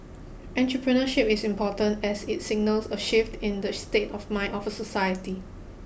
entrepreneurship is important as it signals a shift in the state of mind of a society